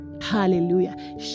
hallelujah